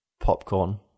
popcorn